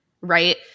right